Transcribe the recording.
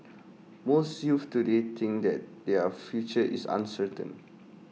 most youths today think that their future is uncertain